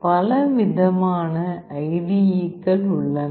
பல விதமான ஐடிஈ க்கள் உள்ளன